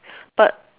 but